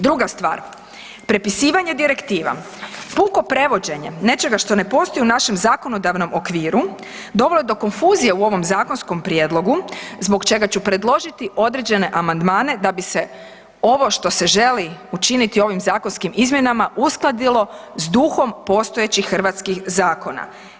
Druga stvar, prepisivanje direktiva, puko prevođenje nečega što ne postoji u našem zakonodavnom okviru dovelo je do konfuzije u ovom zakonskom prijedlogu zbog čega ću predložiti određene amandmane da bi se ovo što se želi učiniti ovim zakonskim izmjenama uskladilo s duhom postojećih hrvatskih zakona.